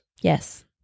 Yes